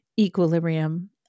equilibrium